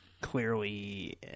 clearly